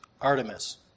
Artemis